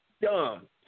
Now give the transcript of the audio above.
dumb